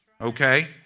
Okay